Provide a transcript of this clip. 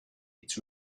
its